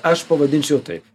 aš pavadinčiau taip